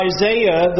Isaiah